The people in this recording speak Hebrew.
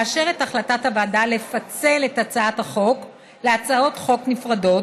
לאשר את החלטת הוועדה לפצל את הצעת החוק להצעות חוק נפרדות,